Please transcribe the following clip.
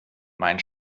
mein